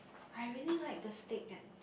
I really like the steak at